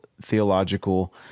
theological